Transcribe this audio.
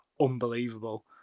Unbelievable